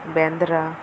Bandra